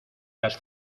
las